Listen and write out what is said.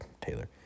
Taylor